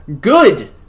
good